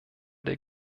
der